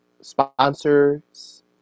sponsors